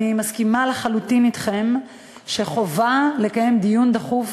אני מסכימה לחלוטין אתכם שחובה לקיים דיון דחוף